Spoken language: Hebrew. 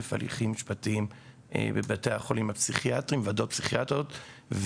הליכים משפטיים בבתי החולים הפסיכיאטריים וועדות פסיכיאטריות.